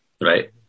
right